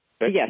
Yes